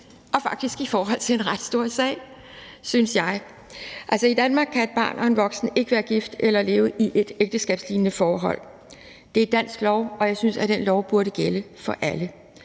og faktisk i forhold til en ret stor sag, synes jeg. Altså, i Danmark kan et barn og en voksen ikke være gift eller leve i et ægteskabslignende forhold. Det er dansk lov, og jeg synes, at den lov burde gælde for alle.